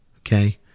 okay